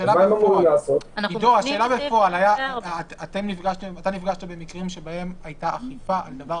אני רוצה להעיר פה את הזרקור על נקודה לא ברורה